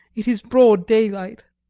it is broad daylight.